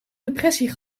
depressie